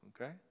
Okay